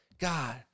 God